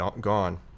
gone